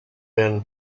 been